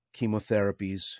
chemotherapies